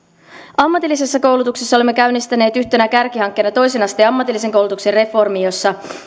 ammatillisessa koulutuksessa olemme käynnistäneet yhtenä kärkihankkeena toisen asteen ammatillisen koulutuksen reformin jossa